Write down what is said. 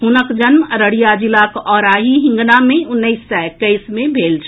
हुनक जन्म अररिया जिलाक औराही हिंगना मे उन्नैस सय एक्कैस मे भेल छल